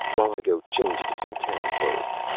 while i go change into some town clothes.